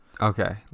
Okay